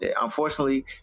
Unfortunately